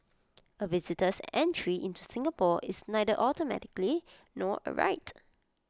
A visitor's entry into Singapore is neither automatically nor A right